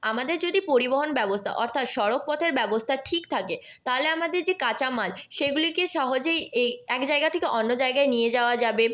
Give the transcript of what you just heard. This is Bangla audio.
আমদের যদি পরিবহন ব্যবস্থা অর্থাৎ সড়ক পথের ব্যবস্থা ঠিক থাকে তাহলে আমাদের যে কাঁচামাল সেগুলিকে সহজেই এই এক জায়গা থেকে অন্য জায়গায় নিয়ে যাওয়া যাবে